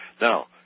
Now